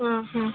ಹಾಂ ಹಾಂ